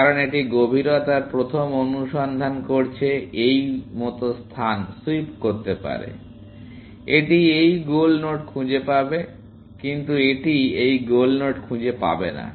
কারণ এটি গভীরতার প্রথম অনুসন্ধান করছে এই মত স্থান সুইপ করতে পারে এটি এই গোল নোড খুঁজে পাবে কিন্তু এটি এই গোল নোড খুঁজে পাবে না